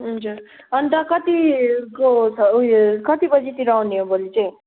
हजुर अन्त कतिको छ उयो कति बजीतिर आउने हो भोलि चाहिँ